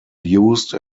used